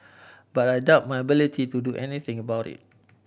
but I doubted my ability to do anything about it